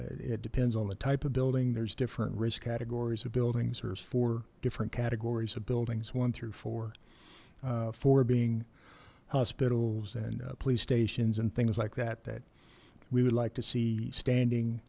it depends on the type of building there's different risk categories of buildings there's four different categories of buildings one through four for being hospitals and police stations and things like that that we would like to see